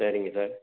சரிங்க சார்